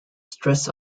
stress